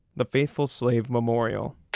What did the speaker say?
the faithful slave memorial.